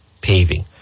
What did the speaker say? Paving